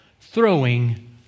throwing